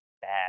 bad